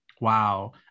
Wow